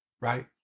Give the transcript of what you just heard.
right